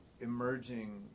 emerging